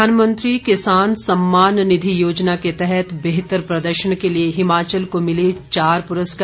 प्रधानमंत्री किसान सम्मान निधि योजना के तहत बेहतर प्रदर्शन के लिए हिमाचल को मिले चार पुरस्कार